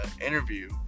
interview